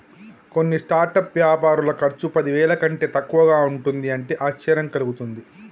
కొన్ని స్టార్టప్ వ్యాపారుల ఖర్చు పదివేల కంటే తక్కువగా ఉంటుంది అంటే ఆశ్చర్యం కలుగుతుంది